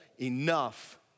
enough